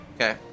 Okay